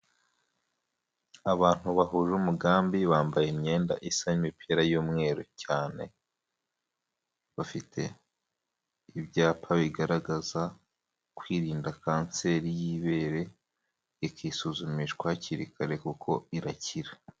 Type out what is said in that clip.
Abantu bahuje umugambi, bambaye imyenda isa y'imipira y'umweru cyane, bafite ibyapa bigaragaza kwirinda kanseri y'ibere, ikisuzumishwa hakiri kare kuko irakira.